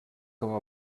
com